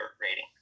rating